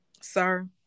sir